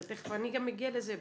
תיכף אני גם אגיע לזה.